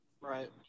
Right